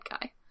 guy